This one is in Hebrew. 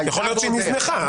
יכול להיות שהיא נזנחה.